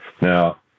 Now